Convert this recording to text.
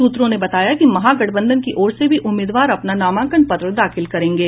सूत्रों ने बताया कि महागठबंधन की ओर से भी उम्मीदवार अपना नामांकत्र पत्र दाखिल करेंगे